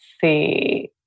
see